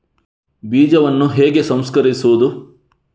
ಬೀಜವನ್ನು ಹೇಗೆ ಸಂಸ್ಕರಿಸುವುದು?